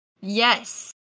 Yes